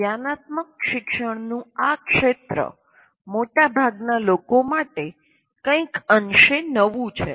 જ્ઞાનાત્મક શિક્ષણનું આ ક્ષેત્ર મોટાભાગના લોકો માટે કંઈક અંશે નવું છે